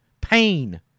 pain